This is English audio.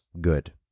good